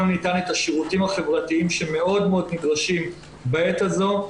הניתן את השירותים החברתיים שנדרשים מאוד בעת הזו,